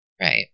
Right